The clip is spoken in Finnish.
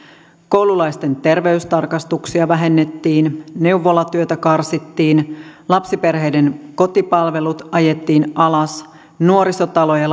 koululaisten terveystarkastuksia vähennettiin neuvolatyötä karsittiin lapsiperheiden kotipalvelut ajettiin alas nuorisotaloja